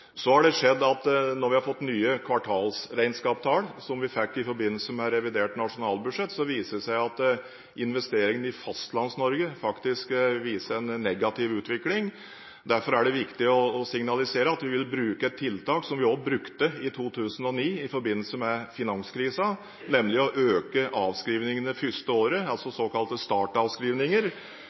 vi fikk nye kvartalregnskapstall, som vi fikk i forbindelse med revidert nasjonalbudsjett, viste det seg at investeringene i Fastlands-Norge faktisk viser en negativ utvikling. Derfor er det viktig å signalisere at vi vil bruke et tiltak som vi også brukte i 2009 i forbindelse med finanskrisen, nemlig å øke avskrivningene første året – såkalte startavskrivninger